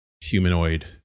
humanoid